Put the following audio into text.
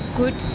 good